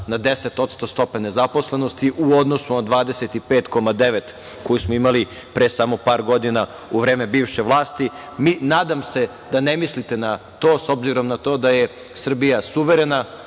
danas na 10% stope nezaposlenosti u odnosu na 25,9% koji smo imali pre samo par godina u vreme bivše vlasti. Nadam se da mislite na to, s obzirom na to da je Srbija suverena,